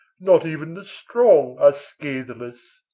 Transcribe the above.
not even the strong are scatheless.